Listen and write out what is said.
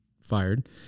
fired